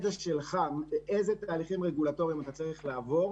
זה גם הידע של איזה תהליכים רגולטוריים אתה צריך לעבור.